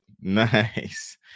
Nice